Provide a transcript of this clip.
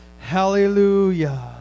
Hallelujah